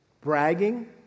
bragging